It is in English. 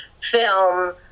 film